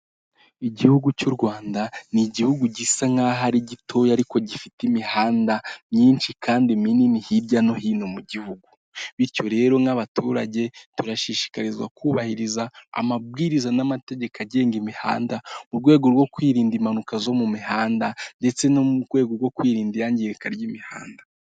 Igihugu cy'u Rwanda ni igihugu gisa nk'aho ari gitoya ariko gifite imihanda myinshi kandi minini hirya no hino mu gihugu, bityo rero nk'abaturage turashishikarizwa kubahiriza amabwiriza n'amategeko agenga imihanda, mu rwego rwo kwirinda impanuka zo mu mihanda ndetse no mu rwego rwo kwirinda iyangirika ry'imihanda.